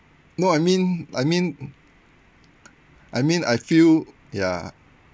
no I mean I mean I mean I feel ya